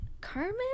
Carmen